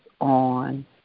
on